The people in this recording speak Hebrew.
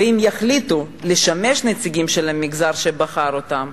ואם יחליטו לשמש נציגים של המגזר שבחר אותם,